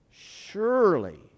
surely